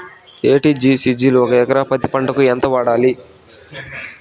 ఎ.టి.జి.సి జిల్ ఒక ఎకరా పత్తి పంటకు ఎంత వాడాలి?